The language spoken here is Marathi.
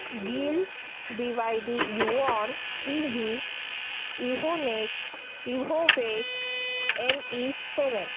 गिल बी वाय डी युवॉर इ व्ही इव्होनेट इव्होवेट एम ई सेवन